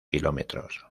kilómetros